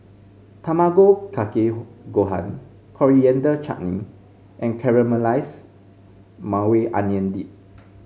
Tamago Kake Gohan Coriander Chutney and Caramelized Maui Onion Dip